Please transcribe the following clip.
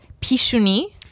Pishuni